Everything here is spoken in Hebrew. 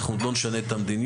אנחנו עוד לא נשנה את המדיניות,